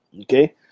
Okay